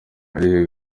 aline